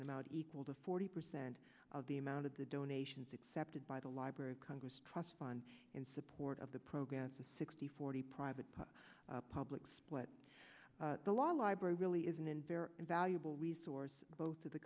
an amount equal to forty percent of the amount of the donations accepted by the library of congress trust fund in support of the progress of sixty forty private parts public split the law library really isn't in very valuable resource both to the